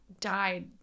died